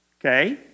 okay